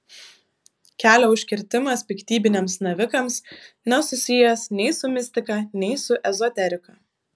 kelio užkirtimas piktybiniams navikams nesusijęs nei su mistika nei su ezoterika